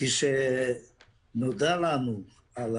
כשנודע לנו על